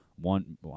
One